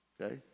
Okay